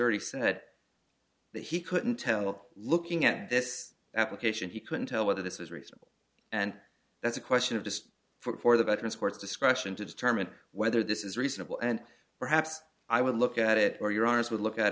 already said that he couldn't tell looking at this application he couldn't tell whether this was reasonable and that's a question of just for the veteran sports discretion to determine whether this is reasonable and perhaps i would look at it or your arms would look at